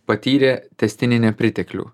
patyrė tęstinį nepriteklių